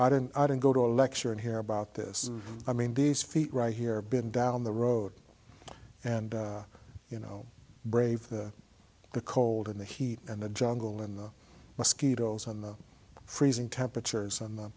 i didn't i didn't go to a lecture and hear about this i mean these feet right here been down the road and you know brave the cold in the heat and the jungle in the mosquitoes and the freezing temperatures and the